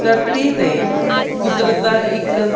ਧਰਤੀ 'ਤੇ ਕੁਦਰਤ ਦਾ ਇੱਕ